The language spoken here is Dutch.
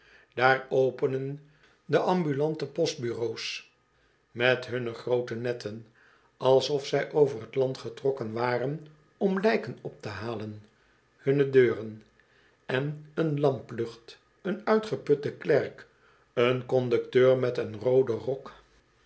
daar openen de ambulante post bureaux met hunne groote netten alsof zij over t land getrokken waren om lijken op te halen hunne deuren en een lamplucht een uitgeputte klerk een conducteur met een rooden rok